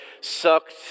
sucked